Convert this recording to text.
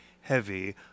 heavy